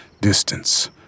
distance